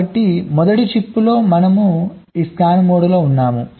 కాబట్టి మొదటి చిప్లో మనం ఈ స్కాన్ మోడ్లో ఉన్నాము